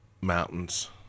Mountains